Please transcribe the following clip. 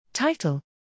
Title